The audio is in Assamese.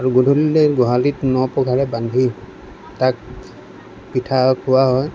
আৰু গধূলিলৈ গোহালিত ন পঘাৰে বান্ধি তাক পিঠা খোওৱা হয়